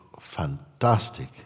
fantastic